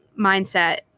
mindset